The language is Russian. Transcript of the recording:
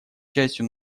частью